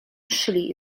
szli